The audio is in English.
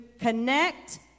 connect